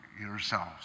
yourselves